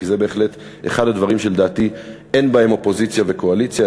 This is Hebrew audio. כי זה בהחלט אחד הדברים שלדעתי אין בהם אופוזיציה וקואליציה,